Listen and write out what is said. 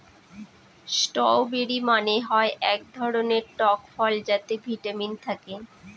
strawberry মানে হয় এক ধরনের টক ফল যাতে ভিটামিন থাকে